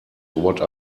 what